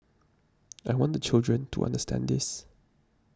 I want the children to understand this